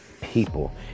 people